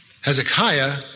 Hezekiah